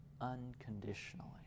unconditionally